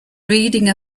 reading